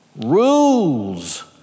rules